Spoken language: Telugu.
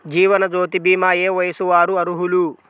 జీవనజ్యోతి భీమా ఏ వయస్సు వారు అర్హులు?